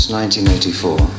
1984